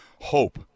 hope